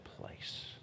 place